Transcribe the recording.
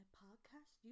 podcast